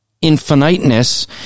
infiniteness